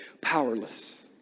powerless